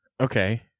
Okay